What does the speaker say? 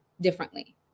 differently